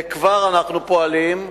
כבר אנחנו פועלים,